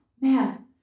man